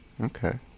Okay